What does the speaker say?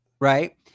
right